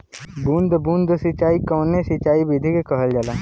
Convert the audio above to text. बूंद बूंद सिंचाई कवने सिंचाई विधि के कहल जाला?